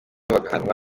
bagahanwa